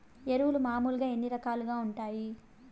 ఎరువులు మామూలుగా ఎన్ని రకాలుగా వుంటాయి?